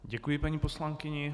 Děkuji paní poslankyni.